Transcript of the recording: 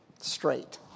straight